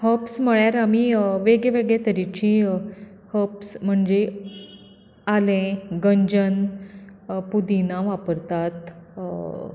herbs म्हणल्यार आमी वेगळेवेगळे तरेचे हर्ब्स म्हणजे आलें गंजन पुदिना वापरतात